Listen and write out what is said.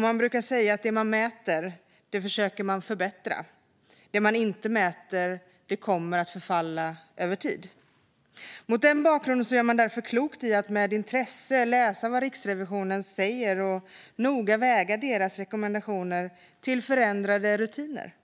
Man brukar säga att det man mäter försöker man förbättra, och det man inte mäter kommer att förfalla över tid. Mot denna bakgrund gör man därför klokt i att med intresse läsa vad Riksrevisionen säger och noga väga deras rekommendationer om förändrade rutiner.